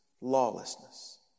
lawlessness